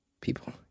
people